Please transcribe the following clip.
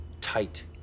Tight